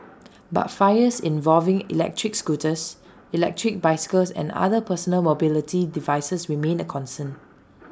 but fires involving electric scooters electric bicycles and other personal mobility devices remain A concern